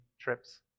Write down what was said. trips